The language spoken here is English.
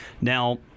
Now